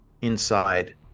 inside